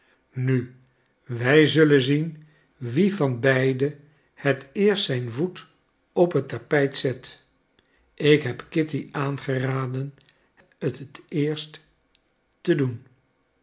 nu wij zullen zien wie van beiden het eerst den voet op het tapijt zet ik heb kitty aangeraden het t eerst te doen